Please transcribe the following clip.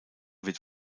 wird